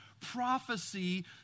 prophecy